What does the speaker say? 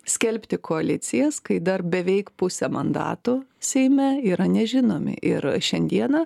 skelbti koalicijas kai dar beveik pusė mandatų seime yra nežinomi ir šiandieną